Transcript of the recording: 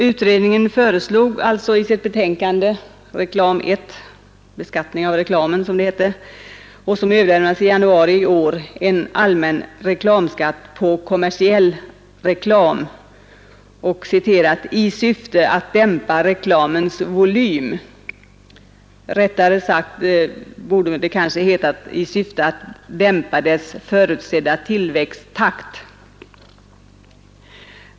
Utredningen föreslog alltså i sitt betänkande ”Reklam I Beskattning av reklamen”, som överlämnades i januari i år, en allmän reklamskatt på kommersiell reklam ”i syfte att dämpa reklamens volym”. Rätteligen borde det kanske i stället ha hetat ”i syfte att dämpa dess förutsedda tillväxttakt”.